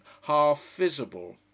half-visible